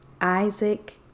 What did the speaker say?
Isaac